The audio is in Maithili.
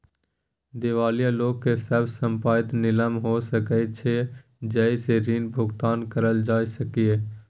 दिवालिया लोक के सब संपइत नीलाम हो सकइ छइ जइ से ऋण के भुगतान करल जा सकइ